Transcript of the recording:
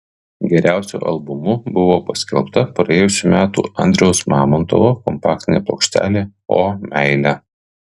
geriausiu albumu buvo paskelbta praėjusių metų andriaus mamontovo kompaktinė plokštelė o meile